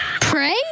Pray